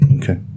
Okay